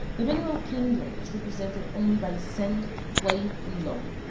the mineral kingdom is represented only by sand, clay, and loam.